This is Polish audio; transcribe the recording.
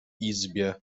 izbie